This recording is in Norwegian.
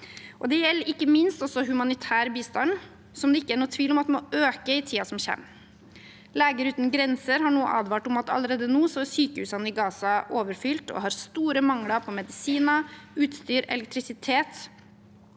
Det gjelder ikke minst også humanitær bistand, som det ikke er noen tvil om at må øke i tiden som kommer. Leger Uten Grenser har nå advart om at sykehusene i Gaza allerede er overfylt og har store mangler på medisiner, utstyr og elektrisitet.